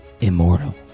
immortal